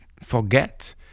forget